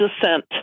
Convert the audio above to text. descent